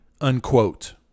Unquote